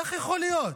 איך יכול להיות?